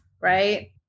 right